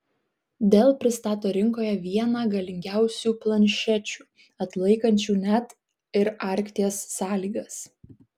dell pristato rinkoje vieną galingiausių planšečių atlaikančių net ir arkties sąlygas